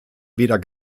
weder